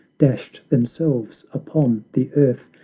dashed themselves upon the earth,